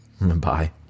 bye